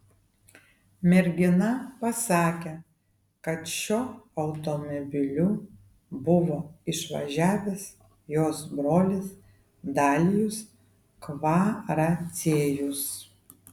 mergina pasakė kad šiuo automobiliu buvo išvažiavęs jos brolis dalijus kvaraciejus